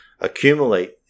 accumulate